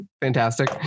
fantastic